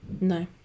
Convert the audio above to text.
No